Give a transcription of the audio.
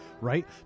right